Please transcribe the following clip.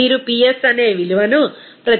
మీరు Ps అనే విలువను ప్రతి కిలోమోల్కు 22